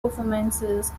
performances